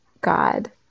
God